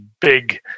big